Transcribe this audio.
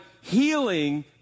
healing